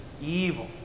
evil